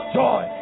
joy